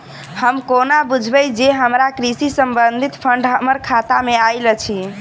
हम कोना बुझबै जे हमरा कृषि संबंधित फंड हम्मर खाता मे आइल अछि?